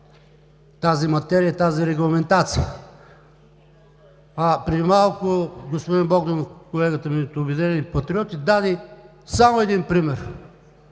тази материя, тази регламентация. Преди малко, господин Богданов – колегата ми от „Обединени патриоти“, даде само един пример,